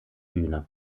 bühne